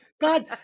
God